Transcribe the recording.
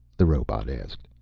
the robot asked.